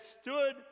stood